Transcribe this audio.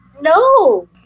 No